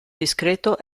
discreto